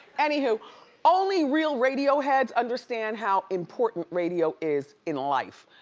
anywho, only real radio heads understands how important radio is in life.